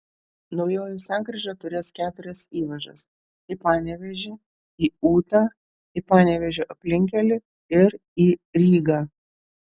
naujoji sankryža turės keturias įvažas į panevėžį į ūtą į panevėžio aplinkkelį ir į rygą